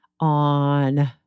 on